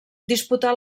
disputà